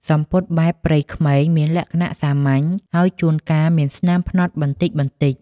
សំពត់បែបព្រៃក្មេង មានលក្ខណៈសាមញ្ញ ហើយជួនកាលមានស្នាមផ្នត់បន្តិចៗ។